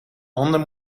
honden